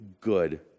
good